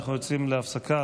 אנחנו יוצאים להפסקה.